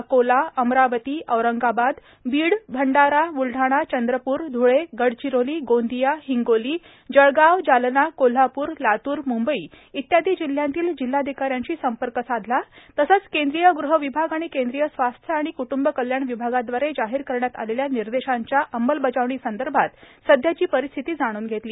अकोला अमरावती औरंगाबाद बीड भंडारा ब्लढाणा चंद्रपूर ध्ळे गडचिरोली गोंदिया हिंगोली जळगाव जालना कोल्हापूर लातूर मुंबई इत्यादी जिल्ह्यातील जिल्हाधिकाऱ्यांशी संपर्क साधला आणि केंद्रीय गृह विभाग आणि केंद्रीय स्वास्थ्य व परिवार कल्याण विभागादवारे जाहीर करण्यात आलेल्या निर्देशांची अंमलबजावणी संदर्भात विद्यमान परिस्थिती जाणून घेतली